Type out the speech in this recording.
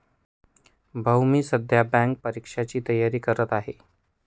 भाऊ मी सध्या बँक परीक्षेची तयारी करत आहे